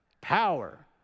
power